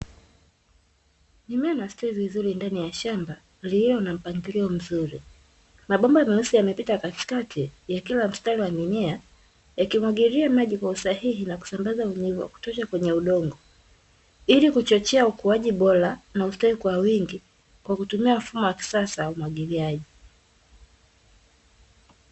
Mimea inayostawi vizuri ndani ya shamba lililo na mpangilio mzuri. Mabomba meusi yamepita katikati ya kila mstari wa mimea yakimwagilia maji kwa usahihi na kusambaza unyevu wa kutosha kwenye udongo, ili kuchochea ukuaji bora na ustawi kwa wingi kwa kutumia mfumo wa kisasa wa umwagiliaji.